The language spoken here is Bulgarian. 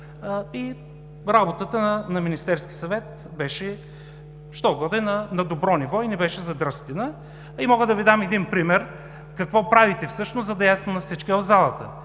и работата на Министерския съвет беше що-годе на добро ниво и не беше задръстена. Мога да Ви дам един пример какво правихте всъщност, за да е ясно на всички в залата: